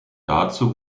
dazu